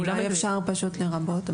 אולי אפשר פשוט "לרבות".